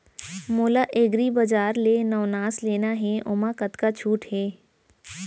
मोला एग्रीबजार ले नवनास लेना हे ओमा कतका छूट हे?